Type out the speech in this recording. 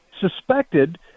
suspected